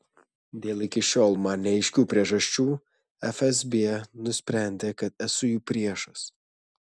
dėl iki šiol man neaiškių priežasčių fsb nusprendė kad esu jų priešas